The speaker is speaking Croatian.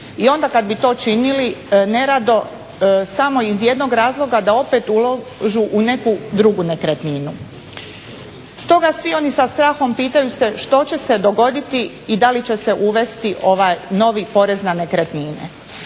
I onda kad bi to činili nerado samo iz jednog razloga da opet ulažu u neku drugu nekretninu. Stoga svi oni sa strahom pitaju se što će se dogoditi i da li će se uvesti ovaj novi porez na nekretnine.